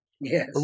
yes